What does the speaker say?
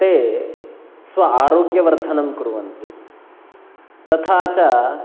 ते स्व आरोग्यवर्धनं कुर्वन्ति तथा च